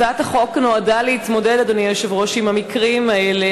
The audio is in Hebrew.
הצעת החוק נועדה להתמודד עם המקרים האלה,